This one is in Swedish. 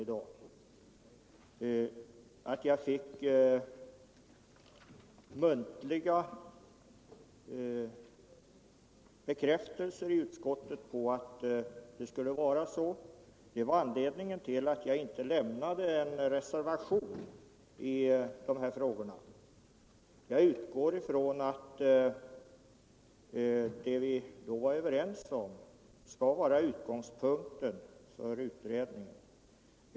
Att jag i utskottet fick muntliga bekräftelser på att det skulle vara så utgjorde anledningen till att jag inte avlämnade en reservation. Jag utgår från att det vi i utskottet var överens om skall vara utgångspunkten för utredningen.